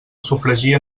sofregir